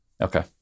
okay